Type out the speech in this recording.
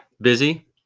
Busy